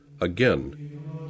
Again